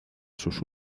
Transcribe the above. sus